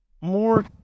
more